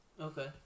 Okay